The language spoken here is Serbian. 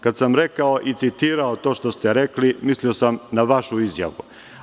Kad sam rekao i citirao to što ste rekli, mislio sam na vašu izjavu.